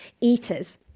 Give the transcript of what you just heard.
eaters